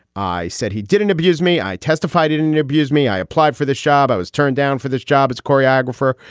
i said he didn't abuse me. i testified in an abuse me i applied for the job i was turned down for this job as choreographer.